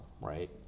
right